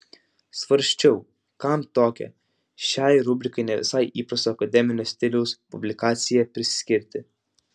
svarsčiau kam tokią šiai rubrikai ne visai įprasto akademinio stiliaus publikaciją priskirti